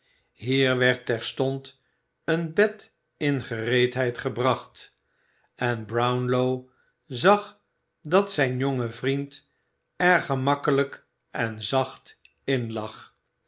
hier werd terstond een bed in gereedheid gebracht en brownlow zag dat zijn jonge vriend er gemakkelijk en zacht in lag